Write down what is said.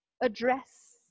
address